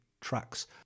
tracks